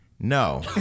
No